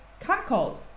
catcalled